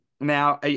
Now